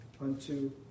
unto